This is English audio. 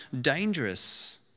dangerous